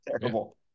terrible